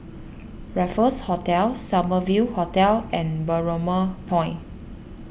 Raffles Hotel Summer View Hotel and Balmoral Point